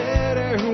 better